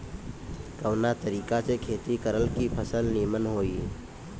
कवना तरीका से खेती करल की फसल नीमन होई?